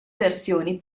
versioni